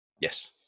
Yes